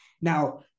Now